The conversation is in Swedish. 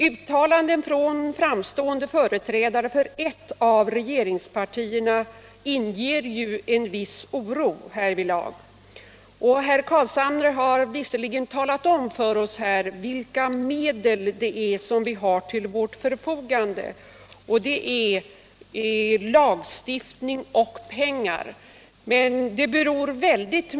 Uttalanden från framstående företrädare för ett av regeringspartierna inger ju en viss oro härvidlag. Herr Carlshamre har visserligen talat om för oss vilka medel vi har till förfogande: lagstiftning och pengar.